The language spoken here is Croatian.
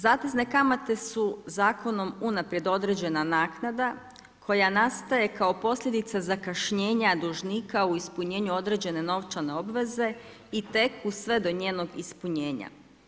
Zatezne kamate su zakonom unaprijed određena naknada koja nastaje kao posljedica zakašnjenja dužnika u ispunjenju određene novčane obveze i teku sve do njenog ispunjenja.